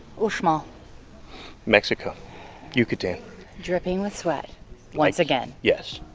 uxmal mexico yucatan dripping with sweat once again. yes